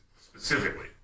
specifically